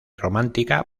romántica